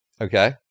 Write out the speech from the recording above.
Okay